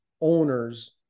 owners